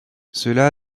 cela